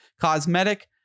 cosmetic